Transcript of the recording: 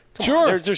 Sure